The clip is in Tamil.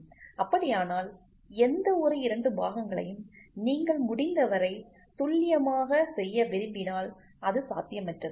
அப்படியானால் எந்தவொரு இரண்டு பாகங்களையும் நீங்கள் முடிந்தவரை துல்லியமாக செய்ய விரும்பினால் அது சாத்தியமற்றது